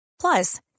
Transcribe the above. Plus